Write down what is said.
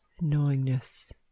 knowingness